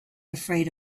afraid